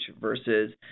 versus